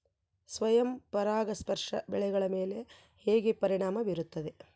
ಸ್ವಯಂ ಪರಾಗಸ್ಪರ್ಶ ಬೆಳೆಗಳ ಮೇಲೆ ಹೇಗೆ ಪರಿಣಾಮ ಬೇರುತ್ತದೆ?